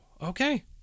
okay